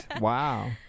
Wow